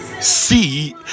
see